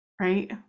right